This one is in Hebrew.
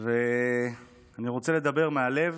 ואני רוצה לדבר מהלב,